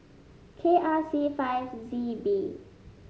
K R C five Z B